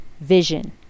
vision